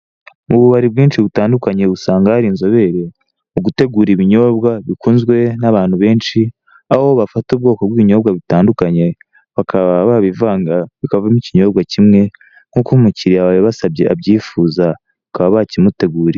Ububari bwinshi butandukanye usanga hari inzobere mugutegura ibinyobwa bikunzwe n'abantu benshi aho bafata ubwoko bw'ibinyobwa bitandukanye bakaba babivanga bikavamo ikinyobwa kimwe nkuko umukiriya wabibasabye abyifuza bakaba bakimutegurira.